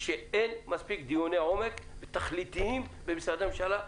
שאין מספיק דיוני עומק תכליתיים במשרדי הממשלה.